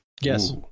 Yes